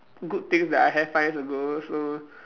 good things that I have five years ago so